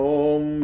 om